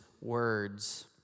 words